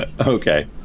Okay